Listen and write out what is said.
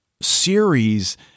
series